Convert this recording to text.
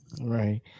Right